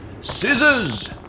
Scissors